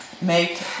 make